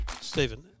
Stephen